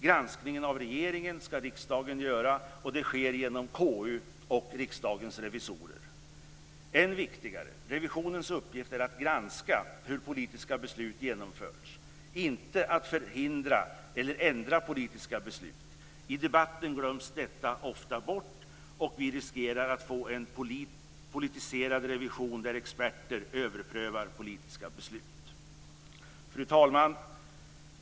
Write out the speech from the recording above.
Granskningen av regeringen ska riksdagen göra, och det sker genom KU och Riksdagens revisorer. Än viktigare är att revisionens uppgift är att granska hur politiska beslut genomförts - inte att förhindra eller ändra politiska beslut. I debatten glöms detta ofta bort. Vi riskerar att få en politiserad revision där experter överprövar politiska beslut. Fru talman!